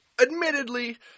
admittedly